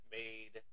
made